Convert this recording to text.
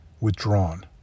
withdrawn